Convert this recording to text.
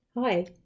Hi